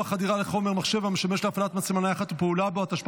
חדירה לחומר מחשב המשמש להפעלת מצלמה נייחת ופעולה בו (הוראת שעה,